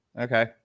Okay